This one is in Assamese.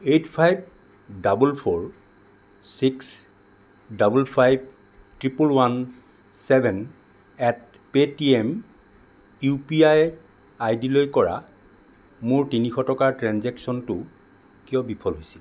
eight five double four six double five triple one seven at Paytm U P I ID লৈ কৰা মোৰ তিনিশ টকাৰ ট্ৰেঞ্জেক্শ্য়নটো কিয় বিফল হৈছিল